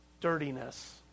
dirtiness